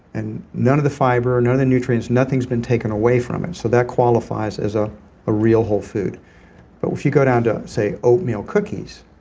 and none of the fiber, none of the nutrients nothing has been taken away from it so that qualifies as a ah real, whole food but if you go down to oatmeal cookies,